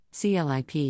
CLIP